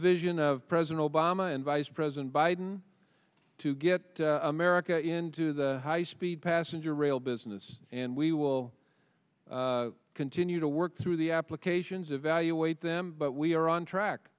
vision of president obama and vice president biden to get america into the high speed passenger rail business and we will continue to work through the applications evaluate them but we are on